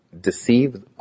deceive